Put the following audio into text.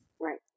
Right